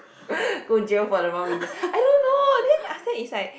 go jail for the wrong reason I don't know then after that it's like